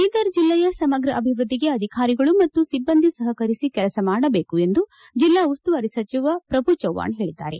ಬೀದರ್ ಜಿಲ್ಲೆಯ ಸಮಗ್ರ ಅಭಿವೃದ್ಧಿಗೆ ಅಧಿಕಾರಿಗಳು ಮತ್ತು ಸಿಬ್ಬಂದಿ ಸಹಕರಿಸಿ ಕೆಲಸ ಮಾಡಬೇಕು ಎಂದು ಜಿಲ್ಲಾ ಉಸ್ತುವಾರಿ ಸಚಿವ ಪ್ರಭು ಚೌಹಾಣ್ ಹೇಳಿದ್ದಾರೆ